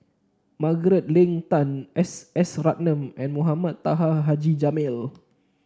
Margaret Leng Tan S S Ratnam and Mohamed Taha Haji Jamil